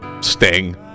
sting